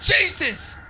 Jesus